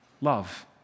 Love